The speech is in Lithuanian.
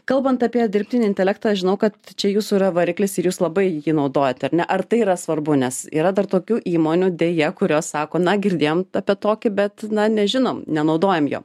kalbant apie dirbtinį intelektą žinau kad čia jūsų yra variklis ir jūs labai jį naudojat ar ne ar tai yra svarbu nes yra dar tokių įmonių deja kurios sako na girdėjom apie tokį bet na nežinom nenaudojam jo